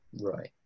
Right